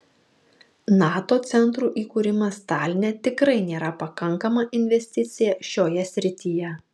nato centro įkūrimas taline tikrai nėra pakankama investicija šioje srityje